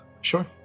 Sure